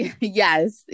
yes